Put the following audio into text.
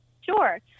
Sure